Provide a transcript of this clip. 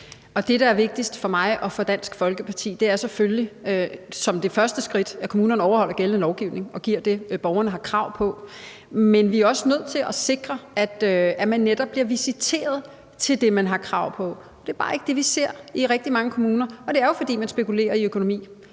Det, der er vigtigst for mig og for Dansk Folkeparti, er selvfølgelig som det første skridt, at kommunerne overholder gældende lovgivning og giver borgerne det, de har krav på. Men vi er også nødt til at sikre, at man netop bliver visiteret til det, man har krav på. Det er bare ikke det, vi ser i rigtig mange kommuner, og det er jo, fordi man spekulerer i økonomi,